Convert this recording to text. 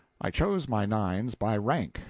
i chose my nines by rank,